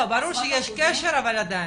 לא, ברור שיש קשר, אבל עדיין.